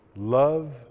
Love